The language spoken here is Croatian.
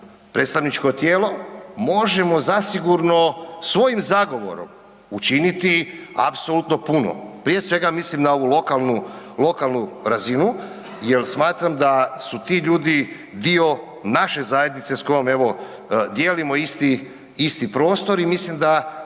predstavničko tijelo možemo zasigurno svojim zagovorom učiniti apsolutno puno, prije svega mislim na ovu lokalnu, lokalnu razinu jel smatram da su ti ljudi dio naše zajednice s kojom evo dijelimo isti, isti prostor i mislim da